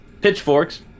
pitchforks